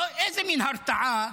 איזו מין הרתעה?